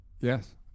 Yes